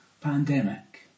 pandemic